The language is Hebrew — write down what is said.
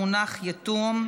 המונח יתום),